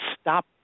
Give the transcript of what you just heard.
stop